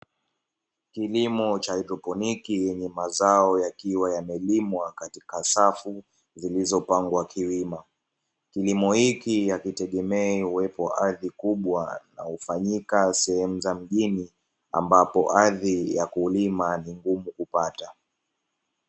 Kilimo cha haidroponi yenye mazao yakiwa yamelimwa katika safu, zilizopangwa kiwima. Kilimo hiki hakitengemei uwepo wa ardhi kubwa unaofanyika sehemu za mjini, ambapo ardhi ya kulima ni ngumu kupata.